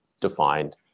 defined